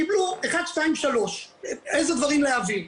קיבלו 1, 2, 3, איזה דברים להביא.